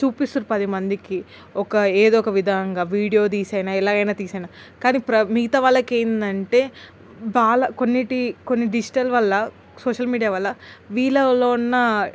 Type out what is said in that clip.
చూపిస్తున్నారు పది మందికి ఒక ఏదో ఒక విధంగా వీడియో తీసి అయినా ఎలాగైనా తీసైనా కానీ మిగతా వాళ్ళకి ఏంటంటే వాళ్ళ కొన్నిటి కొన్ని డిజిటల్ వల్ల సోషల్ మీడియా వల్ల వీళ్ళలో ఉన్న